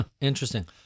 Interesting